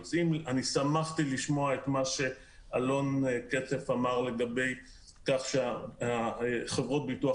ושמחתי לשמוע את מה שאלון קצף אמר על כך שחברות הביטוח